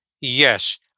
Yes